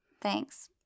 Thanks